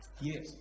Yes